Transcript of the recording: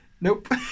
Nope